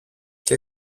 και